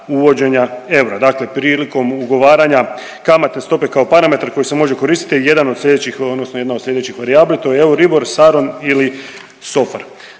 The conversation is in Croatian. uvođenja eura. Dakle, prilikom ugovaranja kamatne stope kao parametra koji se može koristiti je jedan od slijedeći odnosno jedna od slijedećih varijabli, to je EURIBOR, SARON ili SOFR.